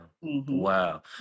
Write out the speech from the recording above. Wow